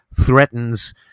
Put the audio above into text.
threatens